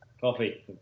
Coffee